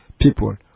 people